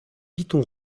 piton